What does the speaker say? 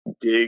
dig